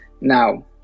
Now